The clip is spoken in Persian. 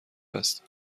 هستیم